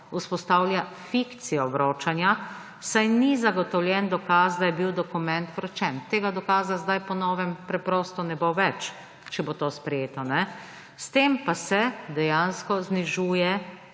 vzpostavlja fikcijo vročanja, saj ni zagotovljen dokaz, da je bil dokument vročen. Tega dokaza po novem preprosto ne bo več, če bo to sprejeto. S tem pa se dejansko znižuje